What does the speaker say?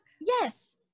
Yes